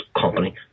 company